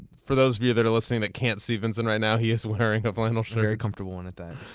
for those of you that are listening that can't see vincent right now, he is wearing a flannel shirt. shen a very comfortable one, at that.